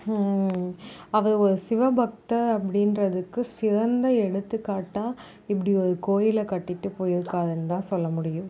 அவர் ஒரு சிவ பக்தர் அப்படின்றத்துக்கு சிறந்த எடுத்துக்காட்டாக இப்படி ஒரு கோயிலை கட்டிவிட்டு போய்ருக்காங்கன்னு தான் சொல்ல முடியும்